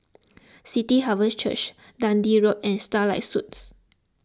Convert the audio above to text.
City Harvest Church Dundee Road and Starlight Suites